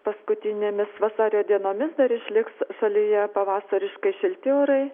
paskutinėmis vasario dienomis dar išliks šalyje pavasariškai šilti orai